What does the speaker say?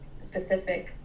specific